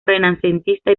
renacentista